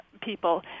people